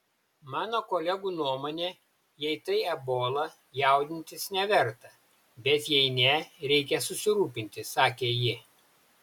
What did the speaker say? mano kolegų nuomone jei tai ebola jaudintis neverta bet jei ne reikia susirūpinti sakė ji